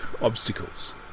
obstacles